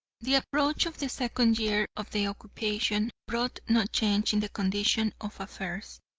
the approach of the second year of the occupation brought no change in the condition of affairs,